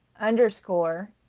underscore